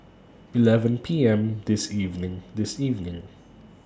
eleven P M This evening This evening